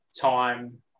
time